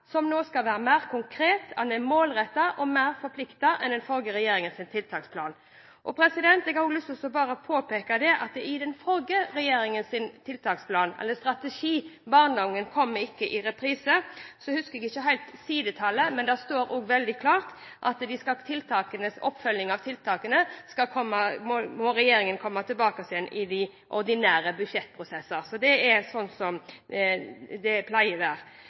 som nå skal være mer konkret. Den er målrettet og mer forpliktende enn den forrige regjeringens tiltaksplan. Jeg har lyst til bare å påpeke at i den forrige regjeringens tiltaksplan eller strategi, Barndommen kommer ikke i reprise – jeg husker ikke sidetallet helt – står det veldig klart at regjeringen må komme tilbake til oppfølgingen av tiltakene i de ordinære budsjettprosesser. Det er slik det pleier